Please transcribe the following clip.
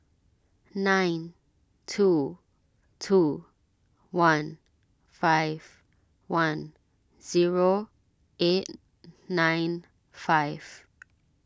nine two two one five one zero eight nine five